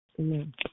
Amen